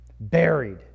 buried